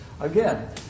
Again